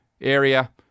area